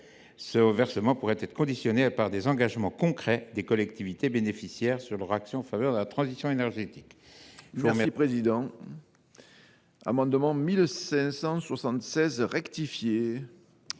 Son versement pourrait être conditionné à des engagements concrets des collectivités bénéficiaires sur leurs actions en faveur de la transition énergétique.